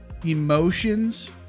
emotions